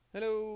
Hello